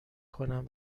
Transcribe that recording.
کنم